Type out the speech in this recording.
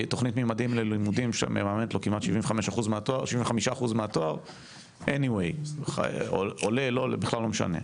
תוכנית "ממדים ללימודים" שמממנת לו כמעט 75% מהתואר בכל מקרה.